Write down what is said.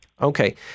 Okay